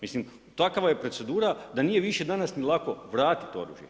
Mislim, takva je procedura, da nije više danas, ni lako, vratiti oružje.